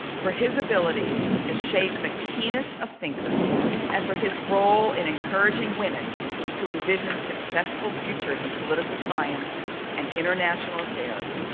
for his ability to shape the keenest of thinkers and for his role in encouraging women to envision successful futures in political science and international affairs,